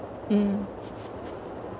mm